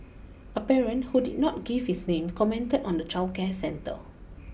a parent who did not give his name commented on the childcare centre